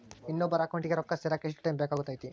ಇನ್ನೊಬ್ಬರ ಅಕೌಂಟಿಗೆ ರೊಕ್ಕ ಸೇರಕ ಎಷ್ಟು ಟೈಮ್ ಬೇಕಾಗುತೈತಿ?